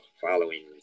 following